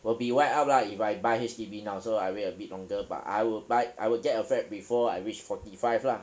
will be wipe out lah if I buy H_D_B now so I wait a bit longer but I would buy I will get a flat before I reach forty five lah